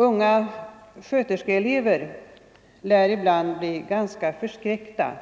Unga sköterskeelever lär ibland bli ganska förskräckta,